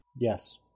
Yes